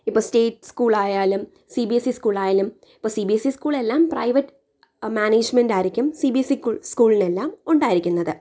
ഇപ്പോൾ സ്റ്റേറ്റ് സ്കൂളായാലും സിബിഎസ്ഇ സ്കൂളായാലും അപ്പോൾ സിബിഎസ്ഇ സ്കൂൾ എല്ലാം പ്രൈവറ്റ് മാനേജ്മെന്റ് ആയിരിക്കും സിബിഎസ്ഇ സ്കൂളിനെല്ലാം ഉണ്ടായിരിക്കുന്നത്